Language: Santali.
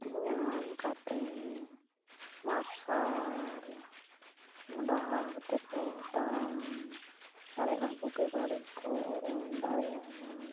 ᱧᱟᱢ ᱠᱟᱛᱮ ᱢᱟᱨᱥᱟᱞ ᱰᱟᱦᱟᱨ ᱛᱮᱠᱚ ᱛᱟᱲᱟᱢ ᱫᱟᱲᱮᱭᱟᱜ ᱢᱟ ᱵᱩᱜᱤ ᱵᱟᱹᱲᱤᱡ ᱠᱚ ᱩᱨᱩᱢ ᱫᱟᱲᱮᱭᱟᱜᱼᱢᱟ